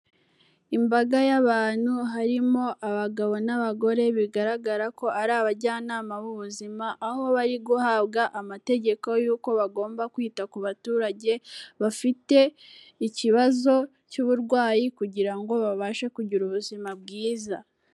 Imbaga y'abantu harimo abagabo n'abagore, bigaragara ko ari abajyanama b'ubuzima aho bari guhabwa amategeko y'uko bagomba kwita ku baturage bafite ikibazo cy'uburwayi kugira ngo babashe kugira ubuzima bwiza.